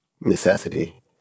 necessity